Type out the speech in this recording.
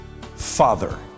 Father